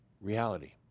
reality